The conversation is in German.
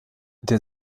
der